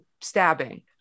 stabbing